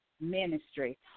Ministry